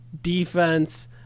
defense